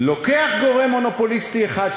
לוקח גורם מונופוליסטי אחד,